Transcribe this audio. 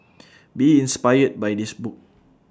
be inspired by this book